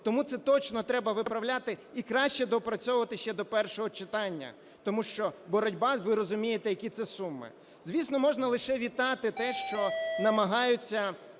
Тому це точно треба виправляти і краще доопрацьовувати ще до першого читання, тому що боротьба, ви розумієте, які це суми. Звісно, можна лише вітати те, що намагаються